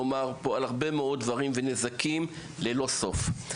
נאמר פה על הרבה מאוד דברים ונזקים ללא סוף.